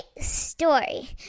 story